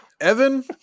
Evan